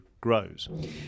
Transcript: grows